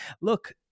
look